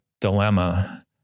dilemma